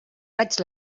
raig